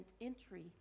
entry